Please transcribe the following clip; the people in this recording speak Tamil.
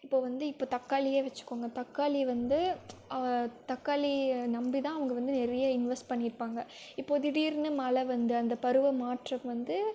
இப்போ வந்து இப்போ தக்காளியை வச்சுக்கோங்க தக்காளி வந்து தக்காளிய நம்பிதான் அவங்க வந்து நிறைய இன்வெஸ்ட் பண்ணிருப்பாங்க இப்போது திடீர்னு மழை வந்து அந்த பருவம் மாற்றம் வந்து